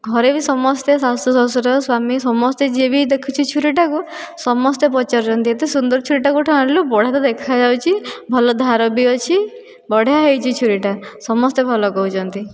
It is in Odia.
ଘରେ ବି ସମସ୍ତେ ଶାଶୁ ଶ୍ୱଶୁର ସ୍ୱାମୀ ସମସ୍ତେ ଯିଏ ବି ଦେଖୁଛି ଛୁରୀଟାକୁ ସମସ୍ତେ ପଚାରୁଛନ୍ତି ଏତେ ସୁନ୍ଦର ଛୁରୀଟା କେଉଁଠୁ ଆଣିଲୁ ବଢ଼ିଆ ତ ଦେଖା ଯାଉଛି ଭଲ ଧାର ବି ଅଛି ବଢ଼ିଆ ହୋଇଛି ଛୁରୀଟା ସମସ୍ତେ ଭଲ କହୁଛନ୍ତି